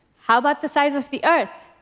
how about the size of the earth?